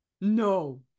No